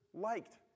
liked